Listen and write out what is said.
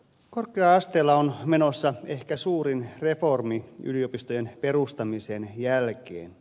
korkea asteella on menossa ehkä suurin reformi yliopistojen perustamisen jälkeen